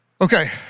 Okay